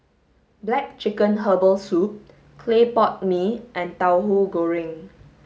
black chicken herbal soup clay pot mee and Tauhu Goreng